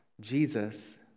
Jesus